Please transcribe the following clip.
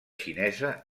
xinesa